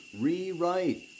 rewrite